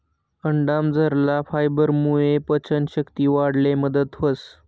अंडामझरला फायबरमुये पचन शक्ती वाढाले मदत व्हस